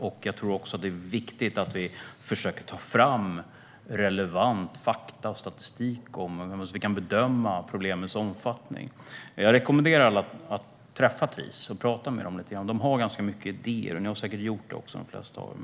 Det är också viktigt att vi försöker ta fram relevanta fakta och statistik, så att vi kan bedöma problemets omfattning. Jag rekommenderar er andra att träffa Tris och tala med dem, vilket de flesta säkert har gjort. De har ganska många idéer.